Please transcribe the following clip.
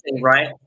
right